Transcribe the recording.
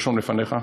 תרשום לפניך.